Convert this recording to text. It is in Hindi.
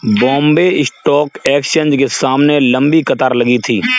बॉम्बे स्टॉक एक्सचेंज के सामने लंबी कतार लगी थी